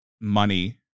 money